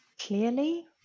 clearly